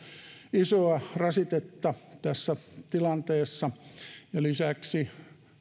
isoa rasitetta tässä tilanteessa ja lisäksi